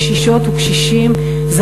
קשישות וקשישים,